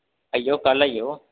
आई जाओ कल आई जाओ